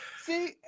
See